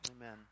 amen